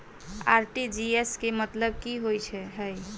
RTGS केँ मतलब की होइ हय?